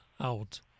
out